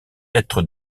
être